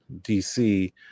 DC